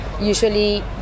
usually